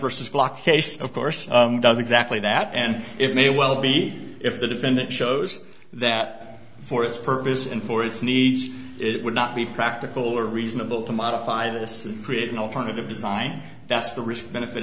versus blockhead of course it does exactly that and it may well be if the defendant shows that for its purpose and for its needs it would not be practical or reasonable to modify this create an alternative design that's the risk benefit